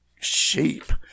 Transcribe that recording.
sheep